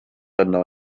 yno